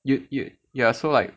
you you ya so like